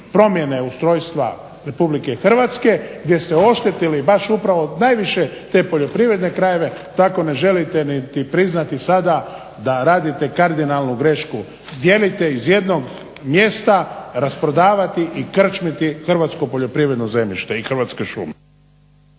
promjene ustrojstva RH gdje ste oštetili baš upravo najviše te poljoprivredne krajeve tako ne želite niti priznati sada da radite kardinalnu grešku. Dijeliti iz jednog mjesta, rasprodavati i krčmiti hrvatsko poljoprivredno zemljište i hrvatske šume.